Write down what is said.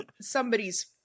somebody's